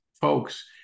folks